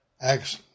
Acts